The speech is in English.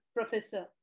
professor